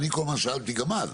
אני כל הזמן שאלתי גם אז,